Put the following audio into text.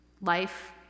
life